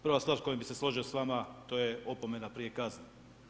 Prva stvar s kojom bi se složio sa vama to je opomena prije kazne.